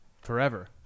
forever